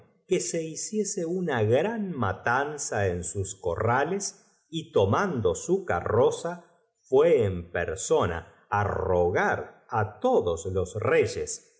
coronados se pu'u hiciese una gran matanza en sus corrales y tomando su carroza fué en persona á rogar á todos los reyes